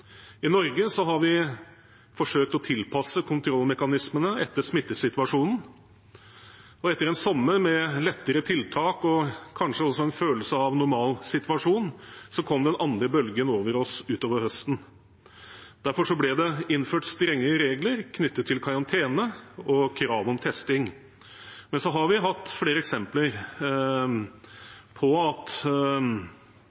I Norge har vi forsøkt å tilpasse kontrollmekanismene etter smittesituasjonen. Etter en sommer med lettere tiltak og kanskje også en følelse av en normal situasjon, kom den andre bølgen over oss utover høsten. Derfor ble det innført strengere regler knyttet til karantene og krav om testing. Men så har vi hatt flere eksempler